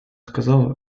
сказала